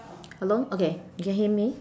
hello okay you can hear me